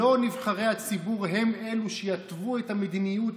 שלא נבחרי הציבור הם אלו שיתוו את המדיניות